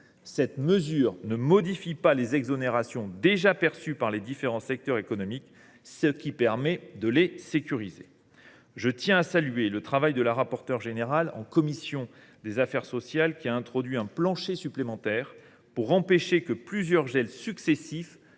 Cette mesure ne modifie pas les exonérations déjà perçues par les différents secteurs économiques, ce qui permet de les sécuriser. Je tiens à saluer le travail de Mme la rapporteure générale, qui, en commission des affaires sociales, a introduit un plancher supplémentaire pour empêcher que plusieurs gels successifs